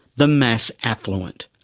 the mass affluent,